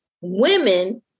women